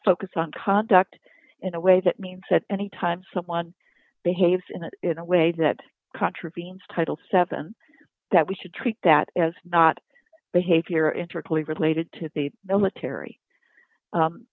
focus on conduct in a way that means that anytime someone behaves in a way that contravenes title seven that we should treat that as not behavior in trickily related to the military